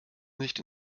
nicht